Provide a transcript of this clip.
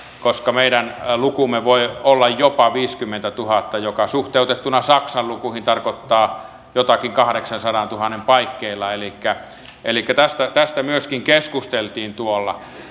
koska meidän lukumme voi olla jopa viisikymmentätuhatta joka suhteutettuna saksan lukuihin tarkoittaa jotakin kahdeksansadantuhannen paikkeilla tästä tästä myöskin keskusteltiin tuolla